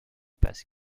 passe